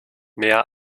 mehr